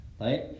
Right